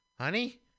Honey